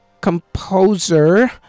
Composer